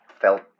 felt